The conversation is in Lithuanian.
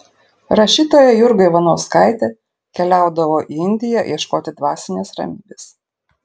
rašytoja jurga ivanauskaitė keliaudavo į indiją ieškoti dvasinės ramybės